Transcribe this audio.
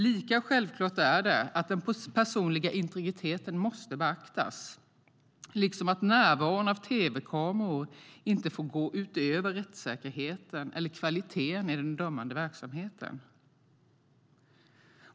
Lika självklart är det att den personliga integriteten måste beaktas, liksom att närvaron av tv-kameror inte får gå ut över rättssäkerheten eller kvaliteten i den dömande verksamheten.